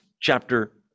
chapter